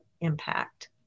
impact